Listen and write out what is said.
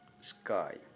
Sky